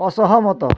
ଅସହମତ